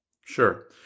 Sure